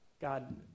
God